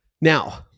Now